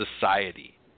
society